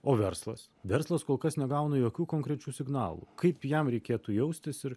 o verslas verslas kol kas negauna jokių konkrečių signalų kaip jam reikėtų jaustis ir